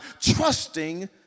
trusting